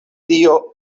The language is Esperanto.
tio